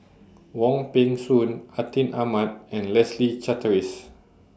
Wong Peng Soon Atin Amat and Leslie Charteris